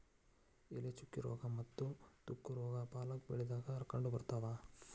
ಎಲೆ ಚುಕ್ಕಿ ರೋಗಾ ಮತ್ತ ತುಕ್ಕು ರೋಗಾ ಪಾಲಕ್ ಬೆಳಿದಾಗ ಕಂಡಬರ್ತಾವ